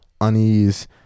unease